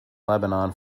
lebanon